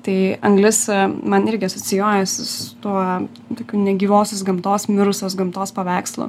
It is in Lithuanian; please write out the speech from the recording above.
tai anglis man irgi asocijuojasi su tuo tokiu negyvosios gamtos mirusios gamtos paveikslu